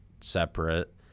separate